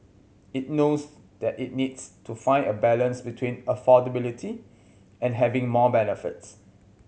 it knows that it needs to find a balance between affordability and having more benefits